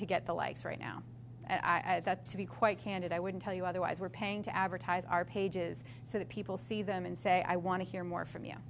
to get the likes right now i've got to be quite candid i wouldn't tell you otherwise we're paying to advertise our pages so that people see them and say i want to hear more from you